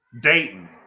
dayton